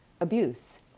abuse